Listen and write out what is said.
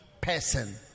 person